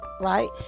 right